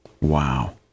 wow